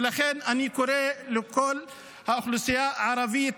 לכן אני קורא לכל האוכלוסייה הערבית,